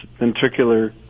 ventricular